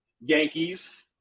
Yankees